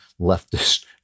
leftist